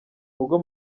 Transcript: ubwo